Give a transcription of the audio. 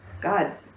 God